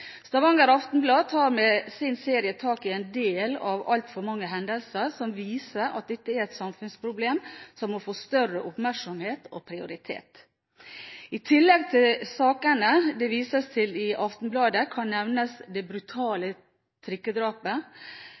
Stavanger Aftenblad tar med sin serie tak i en del av altfor mange hendelser som viser at dette er et samfunnsproblem som må få større oppmerksomhet og prioritet. I tillegg til sakene det vises til i Aftenbladet, kan nevnes det brutale trikkedrapet,